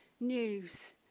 news